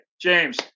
James